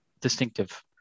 distinctive